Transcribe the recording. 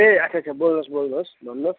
ए अच्छा अच्छा बोल्नु होस् बोल्नु होस् भन्नु होस्